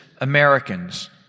Americans